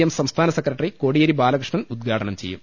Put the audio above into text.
M സംസ്ഥാന secretary Kodiyeri Balakrishnan ഉദ്ഘാടനം ചെയ്യും